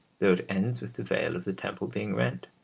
though it ends with the veil of the temple being rent,